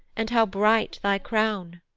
and how bright thy crown!